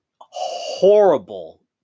horrible